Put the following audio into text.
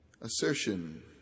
assertion